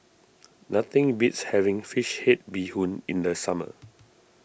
nothing beats having Fish Head Bee Hoon in the summer